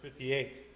58